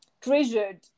treasured